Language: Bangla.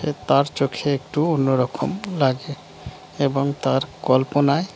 সে তার চোখে একটু অন্যরকম লাগে এবং তার কল্পনায়